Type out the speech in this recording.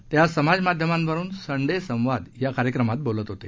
ते आज समाजमाध्यमांवरून सन्डे संवाद या कार्यक्रमात बोलत होते